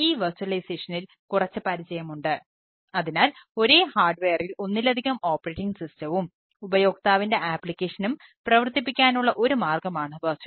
അതിനാൽ ഈ വിർച്വലൈസേഷനിൽ ചെയ്തു